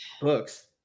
books